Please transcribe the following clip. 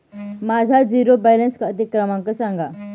माझा zero balance खाते क्रमांक सांगा